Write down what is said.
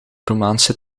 romaanse